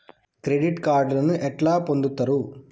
Credit కార్డులను ఎట్లా పొందుతరు?